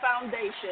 foundation